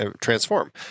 transform